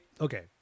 okay